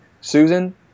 Susan